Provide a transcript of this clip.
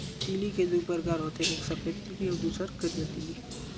तिली के दू परकार होथे एक सफेद तिली अउ दूसर करिया तिली